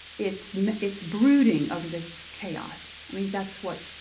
it's it's brooding over the chaos. i mean, that's what